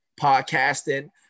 podcasting